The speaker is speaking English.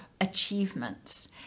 achievements